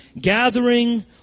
gathering